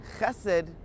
chesed